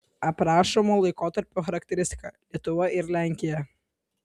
aprašomo laikotarpio charakteristika lietuva ir lenkija